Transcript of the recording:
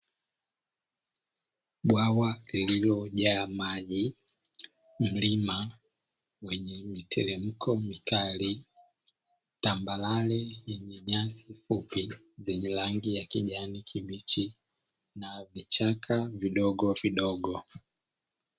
Bwawa lililojaa maji, mlima wenye miteremko mikali, tambarare yenye nyasi fupi yenye rangi ya kijani kibichi na vichaka vidogovidogo.